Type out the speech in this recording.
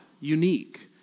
unique